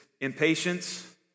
impatience